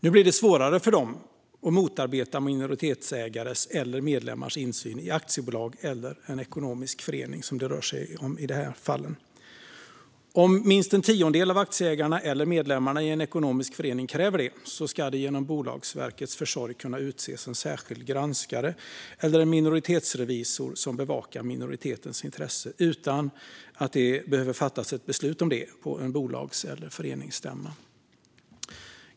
Nu blir det svårare för dem att motarbeta minoritetsägares eller medlemmars insyn i ett aktiebolag eller en ekonomisk förening, som det rör sig om i de här fallen. Om minst en tiondel av aktieägarna eller medlemmarna i en ekonomisk förening kräver det ska det genom Bolagsverkets försorg kunna utses en särskild granskare eller minoritetsrevisor som bevakar minoritetens intresse, utan att det behöver fattas ett beslut om det på en bolags eller föreningsstämma.